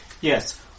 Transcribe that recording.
Yes